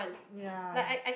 ya